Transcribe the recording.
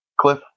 Cliff